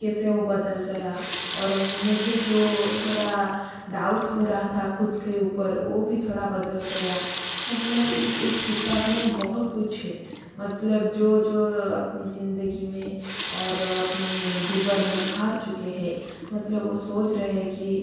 कैसे ओ बदल गया और मुझे जो थोड़ा डाउट हो रहा था खुद के ऊपर ओ भी थोड़ा बदल गया मतलब इक इस किताब में बहुत कुछ हे मतलब जो जो अपनी ज़िंदगी में और अपने जीवन में हार चुके हैं मतलब वो सोच रहे कि